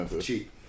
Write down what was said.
cheap